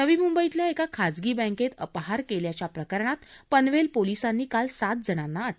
नवी मुंबईतल्या एका खाजगी बँकेत अपहार केल्याच्या प्रकरणात पनवेल पोलीसांनी काल सात जणांना अटक केली आहे